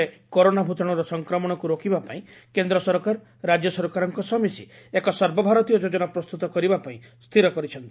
ଦେଶରେ କରୋନା ଭୂତାଣୁର ସଂକ୍ରମଣକୁ ରୋକିବା ପାଇଁ କେନ୍ଦ୍ର ସରକାର ରାଜ୍ୟ ସରକାରଙ୍କ ସହ ମିଶି ଏକ ସର୍ବଭାରତୀୟ ଯୋଜନା ପ୍ରସ୍ତୁତ କରିବା ପାଇଁ ସ୍ଚିର କରିଛନ୍ତି